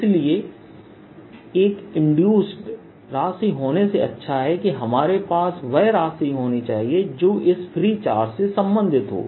इसलिए एक इंड्यूस्ड राशि होने से अच्छा है कि हमारे पास वह राशि होनी चाहिए जोकि इस फ्री चार्ज से संबंधित हो